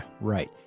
Right